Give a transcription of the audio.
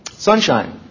Sunshine